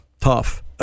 tough